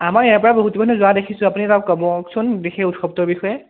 আমাৰ ইয়াৰপৰা বহুত মানুহ যোৱা দেখিছোঁ আপুনি তাত ক'বচোন বিশেষ উৎসৱটোৰ বিষয়ে